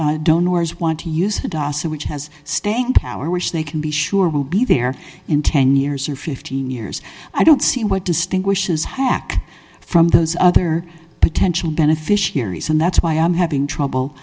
is want to use a docile which has staying power which they can be sure will be there in ten years or fifteen years i don't see what distinguishes hack from those other potential beneficiaries and that's why i'm having trouble